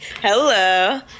Hello